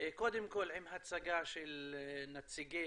קודם כל עם הצגה של נציגי